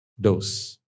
dose